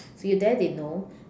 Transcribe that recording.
if you're there they know